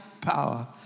power